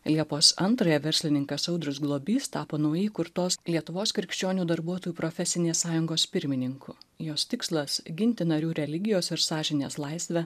liepos antrąją verslininkas audrius globys tapo naujai įkurtos lietuvos krikščionių darbuotojų profesinės sąjungos pirmininku jos tikslas ginti narių religijos ir sąžinės laisvę